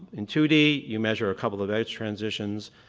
in two d you measure a couple of edge transitions,